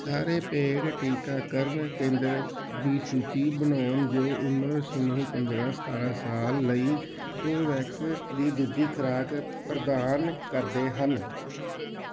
ਸਾਰੇ ਪੇਡ ਟੀਕਾਕਰਨ ਕੇਂਦਰ ਸ ਦੀ ਸੂਚੀ ਬਣਾਣ ਜੋ ਉਮਰ ਸਮੂਹ ਪੰਦਰ੍ਹਾਂ ਸਤਾਰ੍ਹਾਂ ਸਾਲ ਲਈ ਕੋਵੈਕਸ ਦੀ ਦੂਜੀ ਖੁਰਾਕ ਪ੍ਰਦਾਨ ਕਰਦੇ ਹਨ